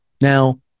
Now